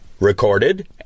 recorded